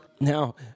Now